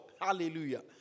Hallelujah